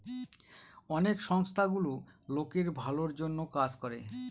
অনেক সংস্থা গুলো লোকের ভালোর জন্য কাজ করে